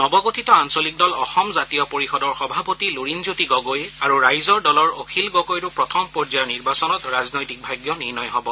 নৱগঠিত আঞ্চলিক দল অসম জাতীয় পৰিষদৰ সভাপতি লুৰিণজ্যোতি গগৈ আৰু ৰাইজৰ দলৰ অখিল গগৈৰো প্ৰথম পৰ্যায়ৰ নিৰ্বাচনত ৰাজনৈতিক ভাগ্য নিৰ্ণয় হ'ব